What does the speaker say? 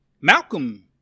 Malcolm